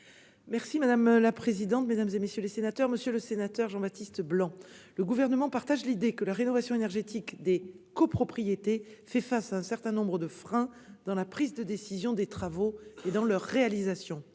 ? La parole est à Mme la ministre déléguée. Monsieur le sénateur Jean-Baptiste Blanc, le Gouvernement partage l'idée que la rénovation énergétique des copropriétés fait face à un certain nombre de freins dans la prise de décision des travaux et leur réalisation.